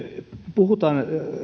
puhutaan